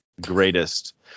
greatest